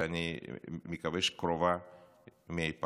שאני מקווה שהיא קרובה מאי פעם.